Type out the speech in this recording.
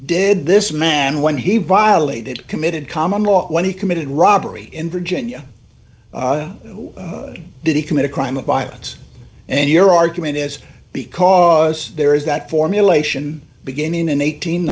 did this man when he violated committed common law when he committed robbery in virginia did he commit a crime of violence and your argument is because there is that formulation beginning in eight